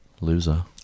Loser